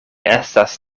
estas